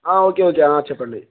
okay okay చెప్పండి